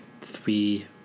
three